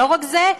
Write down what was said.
לא רק זה,